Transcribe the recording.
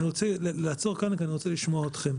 אני אעצור כאן, כי אני רוצה לשמוע אתכם.